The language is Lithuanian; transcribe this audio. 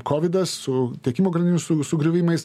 kovidas su tiekimo grandinių su sugriuvimais